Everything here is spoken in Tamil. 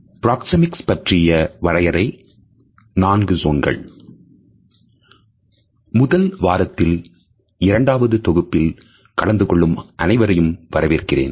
பிராக்சேமிக்ஸ்பற்றிய வரையறை நான்கு ஜோன்கள் முதல் வாரத்தில் இரண்டாவது தொகுப்பில் கலந்து கொள்ளும் அனைவரையும் வரவேற்கிறேன்